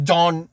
John